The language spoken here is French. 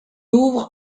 ouvre